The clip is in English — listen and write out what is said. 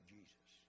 Jesus